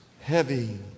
heavy